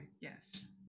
Yes